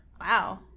wow